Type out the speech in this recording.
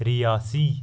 Reasi